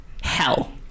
hell